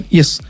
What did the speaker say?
yes